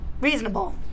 reasonable